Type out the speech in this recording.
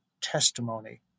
testimony